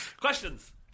Questions